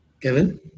Kevin